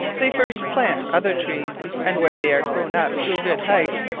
they first plant other trees and when they are growne up to a good height,